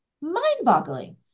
Mind-boggling